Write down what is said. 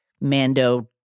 Mando